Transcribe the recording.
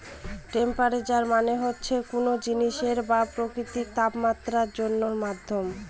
temperature মানে হচ্ছে কোনো জিনিসের বা প্রকৃতির তাপমাত্রা জানার মাধ্যম